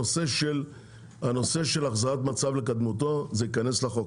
הנושא של החזרת מצב לקדמותו ייכנס לחוק.